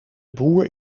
boer